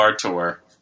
tour